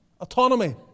autonomy